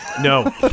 No